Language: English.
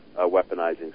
weaponizing